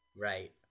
Right